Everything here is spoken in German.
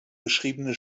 beschriebene